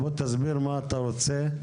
תסביר מה אתה רוצה,